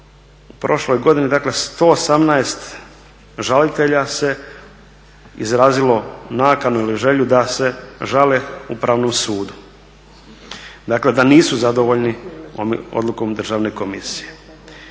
je prošle godine dakle 117 žalitelja se izrazilo nakanu ili želju da se žale Upravnom sudu, dakle da nisu zadovoljni odlukom Državne komisije.